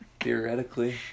Theoretically